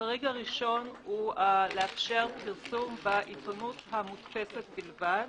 החריג הראשון הוא לאפשר פרסום בעיתונות המודפסת בלבד,